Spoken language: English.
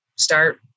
start